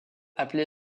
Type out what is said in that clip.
appelé